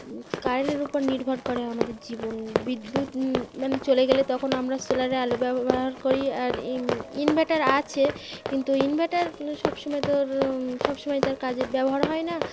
কারেন্টের উপর নির্ভর করে আমাদের জীবন বিদ্যুৎ মানে চলে গেলে তখন আমরা সোলারে আলো ব্যবহার করি আর ই ইনভার্টার আছে কিন্তু ইনভারটার সবসময় তোর সবসময় তার কাজে ব্যবহার হয় না